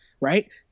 right